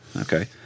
Okay